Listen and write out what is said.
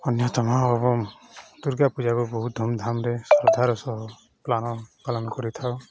ଅନ୍ୟତମ ଏବଂ ଦୁର୍ଗା ପୂଜାକୁ ବହୁତ ଧୁମଧାମରେ ଶ୍ରଦ୍ଧାର ସହ ପାଳ ପାଳନ କରିଥାଉ